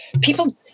people